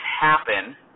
happen